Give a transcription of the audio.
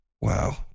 Wow